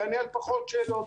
יענה על פחות שאלות.